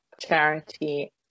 Charity